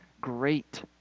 great